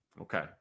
okay